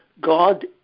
God